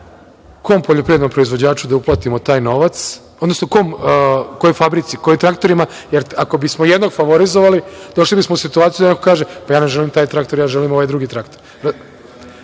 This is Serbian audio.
kom poljoprivrednom proizvođaču da uplatimo taj novac, odnosno kojoj fabrici, kojim traktorima? Ako bismo jednog favorizovali, došli bismo u situaciju da neko kaže – ja ne želim taj traktor, ja želim ovaj drugi